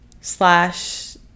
slash